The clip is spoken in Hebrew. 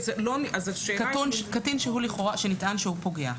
קטין שנטען שהוא פוגע.